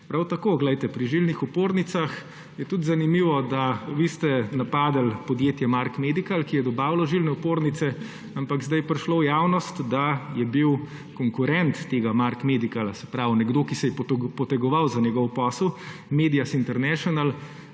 ki jih omenjate. Pri žilnih opornicah je tudi zanimivo, da vi ste napadli podjetje Mark Medical, ki je dobavilo žilne opornice, ampak zdaj je prišlo v javnost, da je bil konkurent tega Mark Medicala nekdo, ki se je potegoval za njegov posel, Medias International,